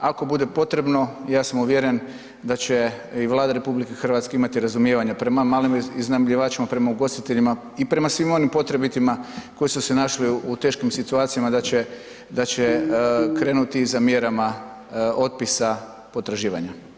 Ako bude potrebno ja sam uvjeren da će i Vlada RH imati razumijevanja prema malim iznajmljivačima, prema ugostiteljima i prema svima onim potrebitima koji su se našli u teškim situacijama da će, da će krenuti za mjerama otpisa potraživanja.